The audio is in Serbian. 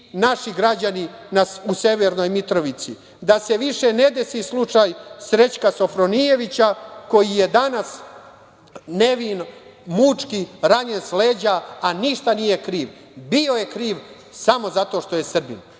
naši građani u Severnoj Mitrovici, da se više ne desi slučaj Srećka Sofronijevića, koji je danas nevin, mučki, ranjen s leđa, a ništa nije kriv. Bio je kriv, samo zato što je Srbin. Prema